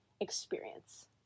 experience